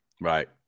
Right